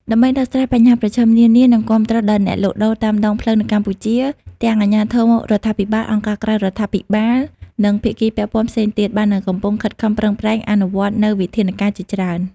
ដើម្បីដោះស្រាយបញ្ហាប្រឈមនានា និងគាំទ្រដល់អ្នកលក់ដូរតាមដងផ្លូវនៅកម្ពុជា ទាំងអាជ្ញាធររដ្ឋាភិបាល អង្គការក្រៅរដ្ឋាភិបាល និងភាគីពាក់ព័ន្ធផ្សេងទៀត បាននិងកំពុងខិតខំប្រឹងប្រែងអនុវត្តនូវវិធានការជាច្រើន ។